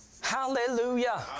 Hallelujah